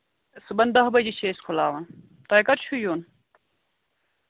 صُبحَن دَہ بَجے چھِ أسۍ کھُلاوان تۄہہِ کر چھُو یُن